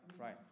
right